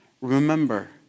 Remember